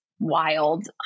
wild